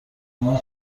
اونا